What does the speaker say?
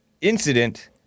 incident